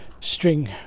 string